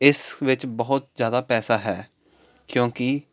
ਇਸ ਵਿੱਚ ਬਹੁਤ ਜ਼ਿਆਦਾ ਪੈਸਾ ਹੈ ਕਿਉਂਕਿ